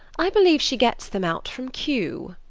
i believe she gets them out from kew.